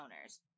owners